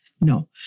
No